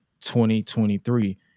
2023